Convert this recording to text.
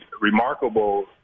remarkable